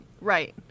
Right